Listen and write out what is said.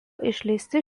išleisti